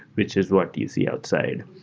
which is what you see outside.